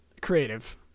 creative